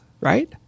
right